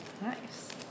nice